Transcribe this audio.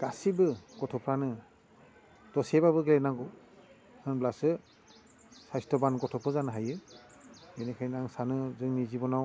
गासिबो गथ'फ्रानो दसेबाबो गेलेनांगौ होमब्लासो साइसथ'बान गथ'बो जानो हायो बेनिखायनो आं सानो जोंनि जिब'नाव